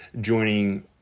joining